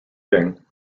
thing